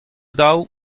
daou